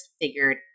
figured